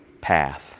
path